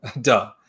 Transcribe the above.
Duh